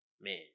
man